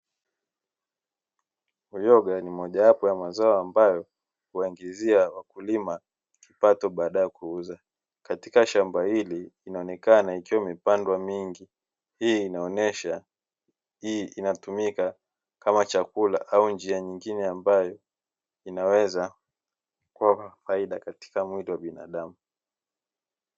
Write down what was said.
Uyoga ni mojawapo ya mazao ambayo kuwaingizia wakulima kipato baada ya kuuza katika shamba, hili inaonekana ikiwa imepandwa mingi hii inaonesha hii inatumika kama chakula, au njia nyingine ambayo inaweza kua faida katika mwili wa binadamu.